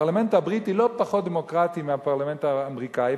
הפרלמנט הבריטי לא פחות דמוקרטי מהפרלמנט האמריקני,